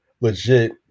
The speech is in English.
legit